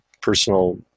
personal